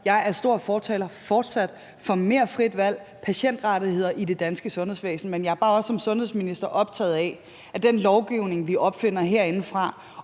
er jeg stor fortaler for fortsat mere frit valg og patientrettigheder i det danske sundhedsvæsen, men jeg er som sundhedsminister også bare optaget af, at den lovgivning, vi opfinder herindefra,